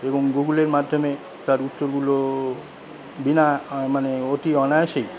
এবং গুগলের মাধ্যমে তার উত্তরগুলো বিনা মানে অতি অনায়াসেই